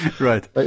Right